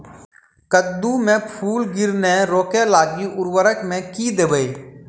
कद्दू मे फूल गिरनाय रोकय लागि उर्वरक मे की देबै?